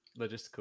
logistical